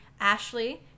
Ashley –